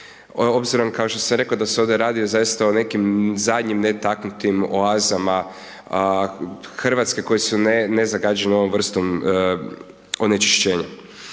obzirom kao što sam rekao da se ovdje radi o nekim zadnjim netaknutih oazama Hrvatske koja su nezagađena ovom vrstom onečišćenja.